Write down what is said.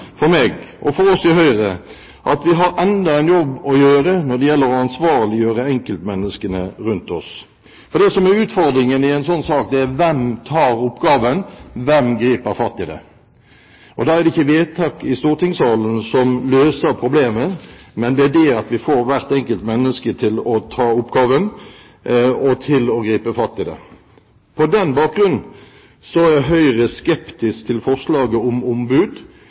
Høyre at vi har enda en jobb å gjøre når det gjelder å ansvarliggjøre enkeltmenneskene rundt oss. For det som er utfordringen i en sånn sak, er: Hvem tar oppgaven, hvem griper fatt i det? Da er det ikke vedtak i stortingssalen som løser problemet, men det at vi får hvert enkelt menneske til å ta oppgaven og til å gripe fatt i det. På den bakgrunnen er Høyre skeptisk til forslaget om ombud.